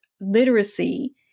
literacy